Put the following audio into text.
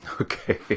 Okay